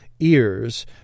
Ears